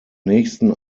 nächsten